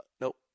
Nope